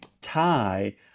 tie